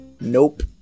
nope